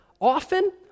Often